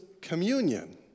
communion